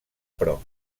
prop